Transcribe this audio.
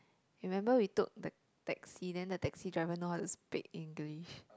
remember we took the taxi then the taxi driver know how to speak English